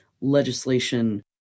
legislation